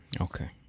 Okay